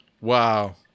Wow